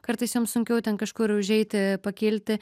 kartais joms sunkiau ten kažkur užeiti pakilti